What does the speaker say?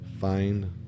Find